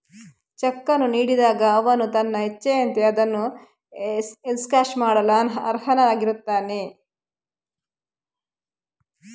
check ಅನ್ನು ನೀಡಿದಾಗ ಅವನು ತನ್ನ ಇಚ್ಛೆಯಂತೆ ಅದನ್ನು ಎನ್ಕ್ಯಾಶ್ ಮಾಡಲು ಅರ್ಹನಾಗಿರುತ್ತಾನೆ